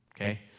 Okay